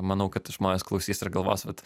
manau kad žmonės klausys ir galvos vat